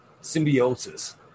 symbiosis